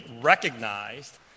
recognized